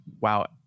Wow